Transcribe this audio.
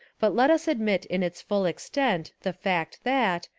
but let us admit in its full extent the fact that,